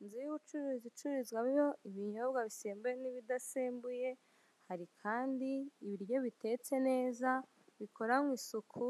Inzu y'ubucuruzi icuruzwamo ibinyobwa bisembuye n'ibidasembuye, hari kandi ibiryo bitetse neza bikoraranywa isuku